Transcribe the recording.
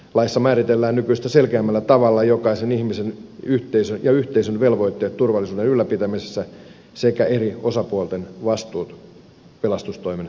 laissa määritellään nykyistä selkeämmällä tavalla jokaisen ihmisen ja yhteisön velvoitteet turvallisuuden ylläpitämisessä sekä eri osapuolten vastuut pelastustoimen tehtävissä